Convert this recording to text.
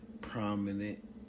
prominent